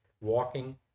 walking